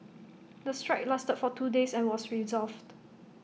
the strike lasted for two days and was resolved